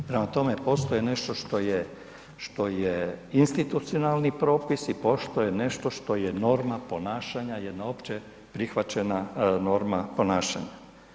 Prema tome, postoji nešto što je institucionalni propis i postoji nešto što je norma ponašanja, jedna opće prihvaćena norma ponašanja.